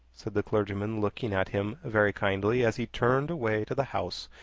said the clergyman, looking at him very kindly, as he turned away to the house,